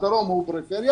הדרום הוא הפריפריה,